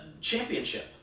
championship